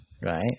right